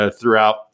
throughout